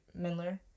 Mendler